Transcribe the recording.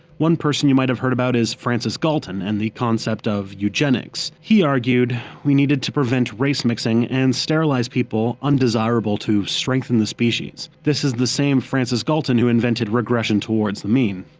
one person you might have heard about is francis galton and the concept of eugenics. he argued we needed to prevent race mixing, and sterilise people undesirable to strengthen the species. this is the same francis galton who invented regression towards the mean.